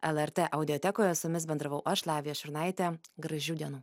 lrt audiotekoje su jumis bendravau aš lavija šurnaitė gražių dienų